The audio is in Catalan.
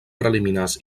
preliminars